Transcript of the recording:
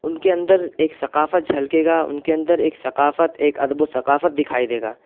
ان کے اندر ایک ثقافت جھلکے گا ان کے اندر ایک ثقافت ایک ادب و ثقافت دکھائی دے گا